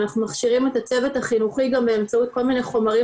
אנחנו מכשירים את הצוות החינוכי גם באמצעות כל מיני חומרים